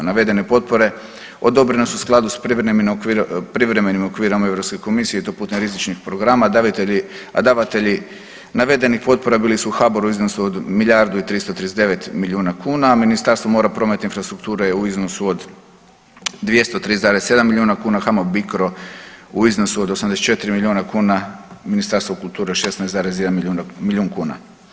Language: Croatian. Navedene potpore odobrene su u skladu s privremenim okvirom Europske komisije i to rizičnih programa, a davitelji, a davatelji navedenih potpora bili su HABOR u iznosu od milijardu i 339 milijuna kuna, Ministarstvo mora, prometa i infrastrukture u iznosu do 23,7 miliona kuna, HAMAG BICRO u iznosu od 84 miliona kuna, Ministarstvo kulture od 16,1 milion kuna.